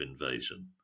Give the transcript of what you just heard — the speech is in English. invasion